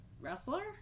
wrestler